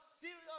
serious